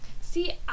See